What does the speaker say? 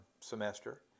semester